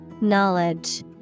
Knowledge